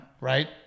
Right